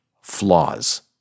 flaws